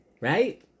Right